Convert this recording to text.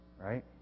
right